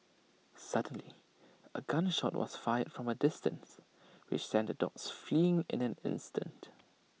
suddenly A gun shot was fired from A distance which sent the dogs fleeing in an instant